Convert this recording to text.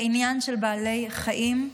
בעניין של בעלי החיים,